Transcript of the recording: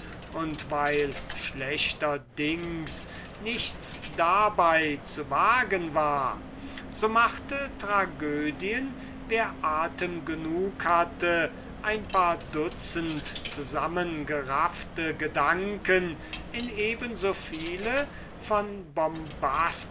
und weil schlechterdings nichts dabei zu wagen war so machte tragödien wer atem genug hatte ein paar dutzend zusammengeraffte gedanken in eben so viel von